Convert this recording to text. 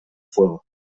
fuego